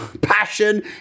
passion